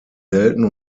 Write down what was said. selten